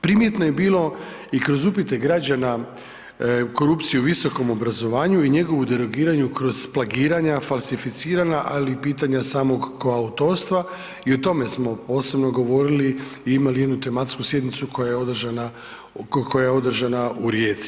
Primjetno je bilo i kroz upite građana korupciju u visokom obrazovanju i njegovom derogiranju kroz plagiranja, falsificirana ali i pitanja samog koautorstva i o tome smo posebno govorili i imali jednu tematsku sjednicu koja je održana u Rijeci.